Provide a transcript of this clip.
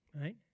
right